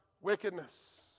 wickedness